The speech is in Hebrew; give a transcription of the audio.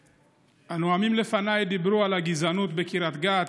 הנואמים לפניי דיברו על הגזענות בקריית גת,